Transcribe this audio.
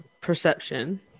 perception